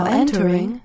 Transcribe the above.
entering